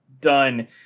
done